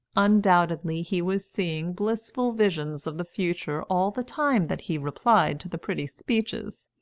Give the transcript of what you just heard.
undoubtedly, he was seeing blissful visions of the future all the time that he replied to the pretty speeches,